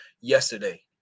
yesterday